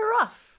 rough